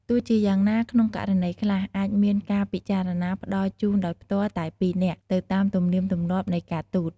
ទោះជាយ៉ាងណា ក្នុងករណីខ្លះ អាចមានការពិចារណាផ្តល់ជូនដោយផ្ទាល់តែពីរនាក់ទៅតាមទំនៀមទម្លាប់នៃការទូត។